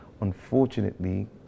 unfortunately